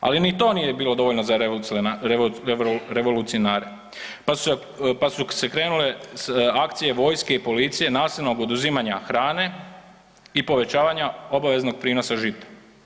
Ali ni to nije bilo dovoljno za revolucionare pa su se krenule s akcije vojske i policije nasilnog oduzimanja hrane i povećavanja obaveznog prinosa žita.